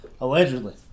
allegedly